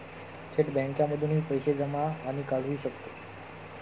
थेट बँकांमधूनही पैसे जमा आणि काढुहि शकतो